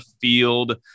field